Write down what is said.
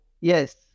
yes